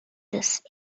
des